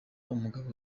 n’umugabo